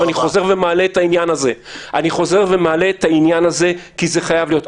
אני חוזר ומעלה את העניין הזה כי זה חייב להיות.